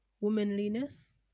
womanliness